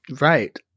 Right